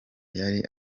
yari